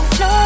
no